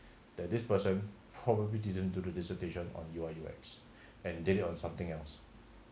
that this person probably didn't do the dissertation on U_I U_X and did it on something else